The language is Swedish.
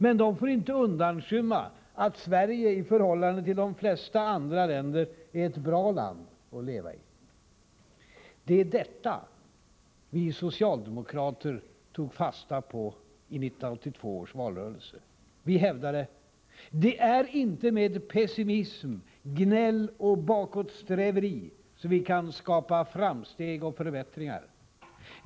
Men de får inte undanskymma att Sverige i förhållande till de flesta andra länder är ett bra land att leva i. Detta tog vi socialdemokrater fasta på i 1982 års valrörelse. Vi hävdade: Det är inte med pessimism, gnäll och bakåtsträveri som vi kan skapa framsteg och förbättringar.